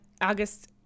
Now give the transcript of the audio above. August